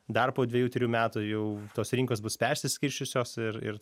dar po dvejų trejų metų jau tos rinkos bus persiskirsčiusios ir ir